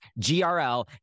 GRL